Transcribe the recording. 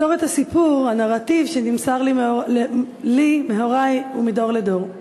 מסורת הסיפור, הנרטיב שנמסר לי מהורי ומדור לדור.